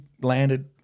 landed